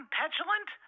petulant